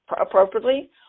appropriately